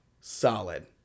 Solid